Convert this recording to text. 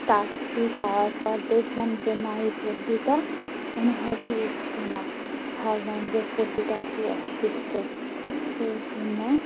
তারছি তারার পরর দেখলাম যে না ওই পোল্ট্রীটা কোনোভাবেই উঠছে না ভাবলাম যে পোল্ট্রীটা খুব অসুস্থ এই জন্য